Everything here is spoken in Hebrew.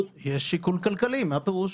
יש שיקול כלכלי, מה הפירוש?